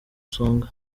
isonga